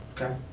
Okay